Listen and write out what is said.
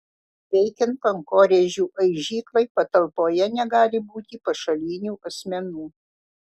veikiant kankorėžių aižyklai patalpoje negali būti pašalinių asmenų